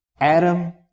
Adam